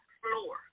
floor